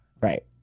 Right